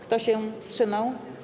Kto się wstrzymał?